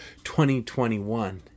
2021